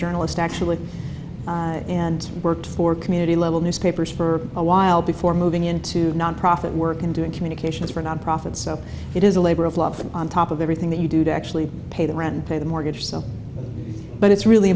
journalist actually and worked for community level newspapers for a while before moving into nonprofit work and doing communications for a nonprofit so it is a labor of love on top of everything that you do to actually pay the rent pay the mortgage so but it's really